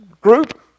group